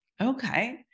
Okay